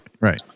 right